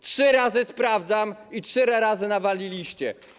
Trzy razy sprawdzam i trzy razy nawaliliście.